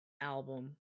album